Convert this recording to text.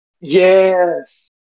Yes